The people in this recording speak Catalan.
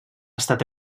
estat